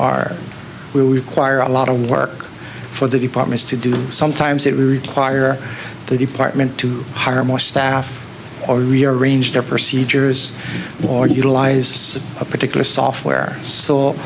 are we require a lot of work for the departments to do sometimes that require the department to hire more staff or rearrange their procedures or utilize a particular software so